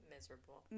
Miserable